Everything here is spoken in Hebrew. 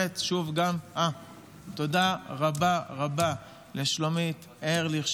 תודה רבה רבה לשלומית ארליך,